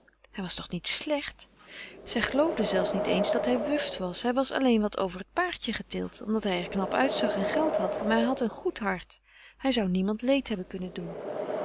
hij was toch niet slecht zij geloofde zelfs niet eens dat hij wuft was hij was alleen wat over het paardje getild omdat hij er knap uitzag en geld had maar hij had een goed hart hij zou niemand leed hebben kunnen doen